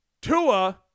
Tua